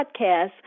podcast